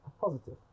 positive